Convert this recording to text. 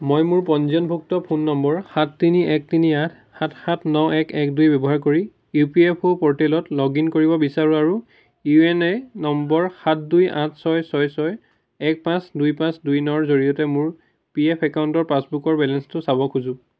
মই মোৰ পঞ্জীয়নভুক্ত ফোন নম্বৰ সাত তিনি এক তিনি আঠ সাত সাত ন এক এক দুই ব্যৱহাৰ কৰি ইউ পি এফ অ' প'ৰ্টেলত লগ ইন কৰিব বিচাৰোঁ আৰু ইউ এ এন নম্বৰ সাত দুই আঠ ছয় ছয় ছয় এক পাঁচ দুই পাঁচ দুই নৰ জৰিয়তে মোৰ পি এফ একাউণ্টৰ পাছবুকৰ বেলেঞ্চটো চাব খোজোঁ